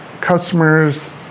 customers